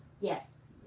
Yes